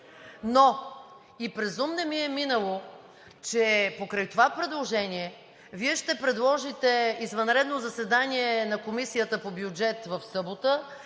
но и през ум не ми е минало, че покрай това предложение Вие ще предложите извънредно заседание на Комисията по бюджет и финанси